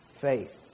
faith